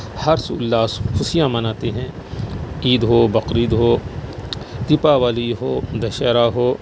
ہرش الاس خوشیاں مناتے ہیں عید ہو بقر عید ہو دیپاولی ہو دشہرہ ہو